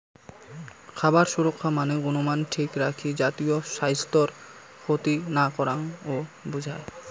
খাবার সুরক্ষা মানে গুণমান ঠিক রাখি জাতীয় স্বাইস্থ্যর ক্ষতি না করাং ও বুঝায়